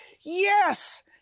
Yes